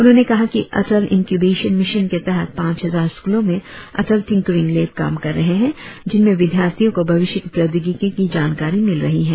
उन्होंने कहा कि अटल इनक्यूबेशन मिशन के तहत पांच हजार स्कूलो में अटल टिंकरिंग लैब काम कर रहे है जिनमें विद्यार्थियों को भविष्य की प्रौद्योगिकी की जानकारी मिल रही है